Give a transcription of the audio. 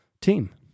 team